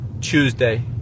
Tuesday